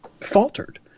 faltered